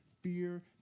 Fear